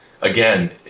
again